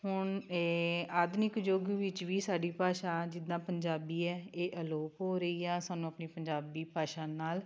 ਹੁਣ ਇਹ ਆਧੁਨਿਕ ਯੁੱਗ ਵਿੱਚ ਵੀ ਸਾਡੀ ਭਾਸ਼ਾ ਜਿੱਦਾਂ ਪੰਜਾਬੀ ਹੈ ਇਹ ਅਲੋਪ ਹੋ ਰਹੀ ਆ ਸਾਨੂੰ ਆਪਣੀ ਪੰਜਾਬੀ ਭਾਸ਼ਾ ਨਾਲ